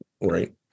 right